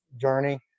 journey